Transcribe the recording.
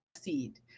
seed